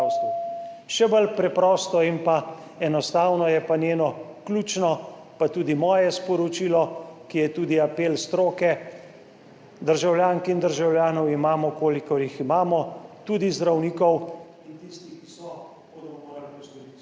Še bolj preprosto in pa enostavno je pa njeno ključno, pa tudi moje sporočilo, ki je tudi apel stroke, državljank in državljanov imamo kolikor jih imamo, tudi zdravnikov, in tisti, ki so… / izklop